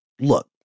look